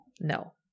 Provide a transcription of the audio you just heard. No